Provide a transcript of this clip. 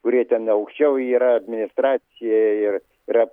kurie ten aukščiau yra administracija ir yra